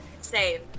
Save